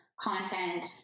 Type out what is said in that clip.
content